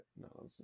no